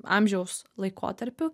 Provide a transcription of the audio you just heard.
amžiaus laikotarpiu